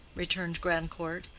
returned grandcourt,